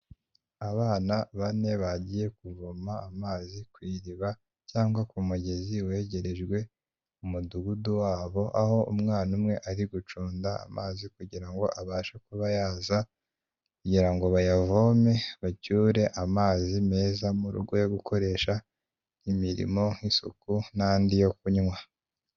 Abana bane bagiye kuvoma amazi ku iriba cyangwa ku mugezi wegerejwe umudugudu wabo, aho umwana umwe ari guconda amazi kugira ngo abashe kuba yaza kugira ngo bayavome bacyure amazi meza mu rugo yo gukoresha imirimo nk'isuku n'andi yo kunywa.